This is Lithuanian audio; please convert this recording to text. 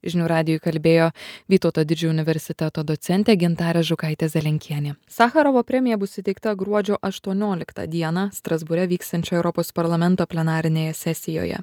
žinių radijui kalbėjo vytauto didžiojo universiteto docentė gintarė žukaitė zelenkienė sacharovo premija bus įteikta gruodžio aštuonioliktą dieną strasbūre vyksiančioje europos parlamento plenarinėje sesijoje